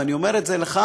ואני אומר את זה לך,